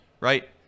right